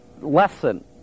lesson